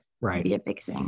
Right